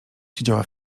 siedziała